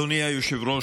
אדוני היושב-ראש,